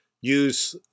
use